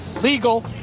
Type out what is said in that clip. Legal